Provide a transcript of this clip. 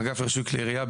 אגף רישוי כלי ירייה,